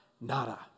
Nada